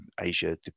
asia